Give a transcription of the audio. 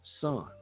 son